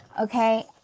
okay